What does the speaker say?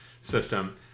system